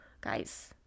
Guys